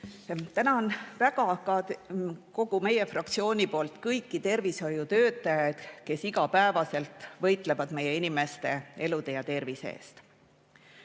Tänan väga kogu meie fraktsiooni poolt ka kõiki tervishoiutöötajaid, kes iga päev võitlevad meie inimeste elu ja tervise eest.